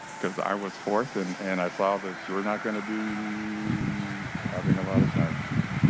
because i was forfend and i saw that you are not going to be having a lot of time for me.